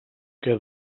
que